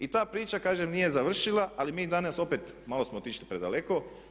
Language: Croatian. I ta priča, kažem nije završila ali mi danas opet malo smo otišli predaleko.